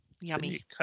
Yummy